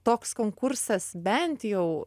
toks konkursas bent jau